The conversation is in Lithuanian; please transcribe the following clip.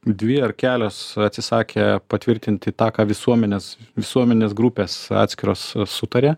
dvi ar kelios atsisakė patvirtinti tą ką visuomenės visuomenės grupės atskiros sutarė